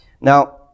Now